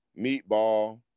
Meatball